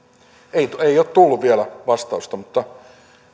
ei ole tullut vielä vastausta mutta